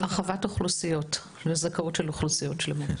הרחבת אוכלוסיות לזכאות של אוכלוסיות שלמות.